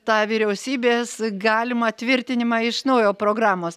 tą vyriausybės galimą tvirtinimą iš naujo programos